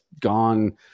gone